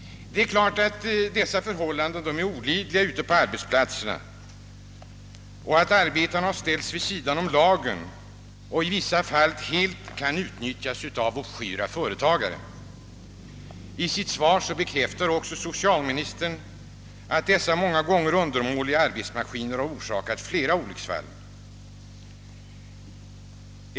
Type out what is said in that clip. Dessa förhållanden ute på arbetsplatserna är givetvis olidliga. Arbetaren ställs vid sidan av lagen och kan i vissa fall helt utnyttjas av obskyra företagare. I sitt svar bekräftar socialministern att dessa många gånger undermåliga arbetsmaskiner orsakat flera olycksfall.